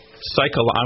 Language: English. psychological